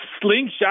slingshot